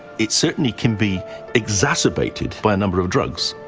it certainly can be exacerbated by a number of drugs.